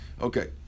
Okay